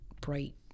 bright